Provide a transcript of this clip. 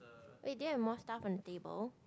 wait do you have more stuff on the table